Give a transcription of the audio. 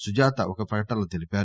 సుజాత ఒక ప్రకటనలో తెలిపారు